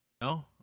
No